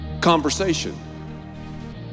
conversation